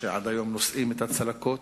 שעד היום נושאים את הצלקות,